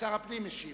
הפנים משיב.